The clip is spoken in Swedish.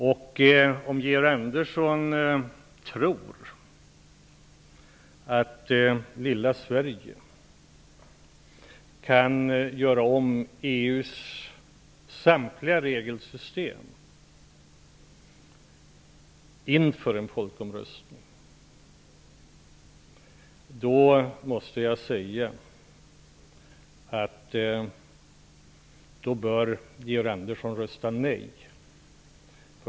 Om Georg Andersson tror att lilla Sverige kan göra om EU:s samtliga regelsystem inför en folkomröstning måste jag säga att Georg Andersson bör rösta nej.